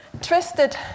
twisted